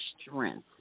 strength